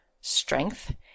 strength